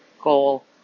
goal